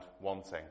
wanting